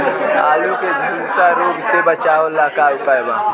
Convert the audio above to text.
आलू के झुलसा रोग से बचाव ला का उपाय बा?